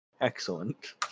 Excellent